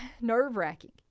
nerve-wracking